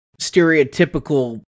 stereotypical